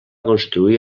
construir